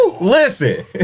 Listen